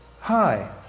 Hi